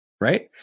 right